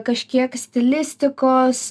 kažkiek stilistikos